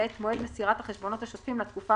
ואת מועד מסירת החשבונות השוטפים לתקופה